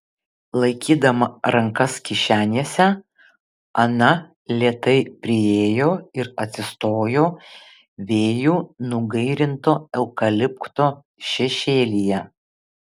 laikydama rankas kišenėse ana lėtai priėjo ir atsistojo vėjų nugairinto eukalipto šešėlyje